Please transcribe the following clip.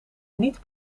niet